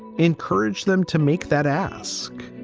encourage them to make that ask.